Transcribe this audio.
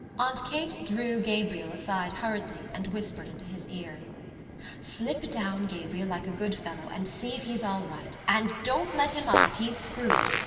aunt kate drew gabriel aside hurriedly and whispered into his ear slip down, gabriel, like a good fellow and see if he's all right, and don't let him up if he's screwed.